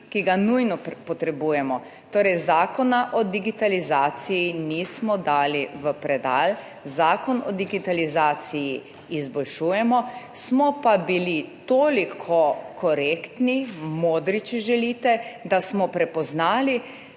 ki ga nujno potrebujemo. Torej, Zakona o digitalizaciji nismo dali v predal, Zakon o digitalizaciji izboljšujemo, smo pa bili toliko korektni, modri, če želite, da smo prepoznali,